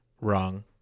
wrong